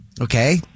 Okay